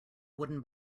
wooden